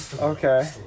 Okay